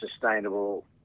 sustainable